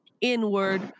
inward